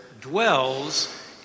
dwells